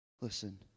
Listen